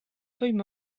feuille